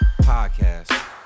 podcast